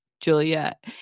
Juliet